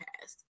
past